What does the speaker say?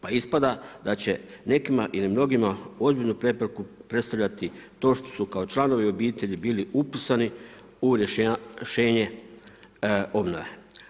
Pa ispada da će nekim i mnogima ozbiljnu prepreku predstavljati to što su kao članovi obitelji bili upisani u rješenje obnove.